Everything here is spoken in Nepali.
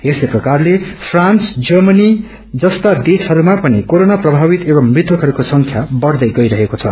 यस्तै प्रकारले फ्रान्स जर्मनी जस्ता देशहरूमा पनि कोरोना प्रभावित एवं मृतकहरूको संख्या बढ़दै गइरहेको छ